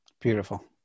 Beautiful